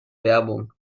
werbung